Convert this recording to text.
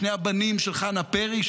שני הבנים של חנה פרי,